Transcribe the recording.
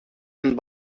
and